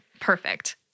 perfect